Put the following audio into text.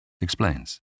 explains